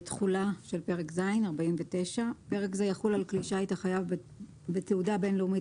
תחולה- פרק ז' פרק זה יחול על כלי שיט החייב בתעודה בין-לאומית